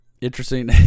interesting